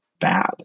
bad